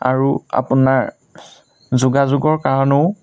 আৰু আপোনাৰ যোগাযোগৰ কাৰণেও